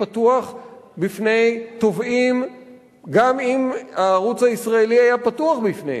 פתוח בפני תובעים גם אם הערוץ הישראלי היה פתוח בפניהם,